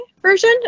version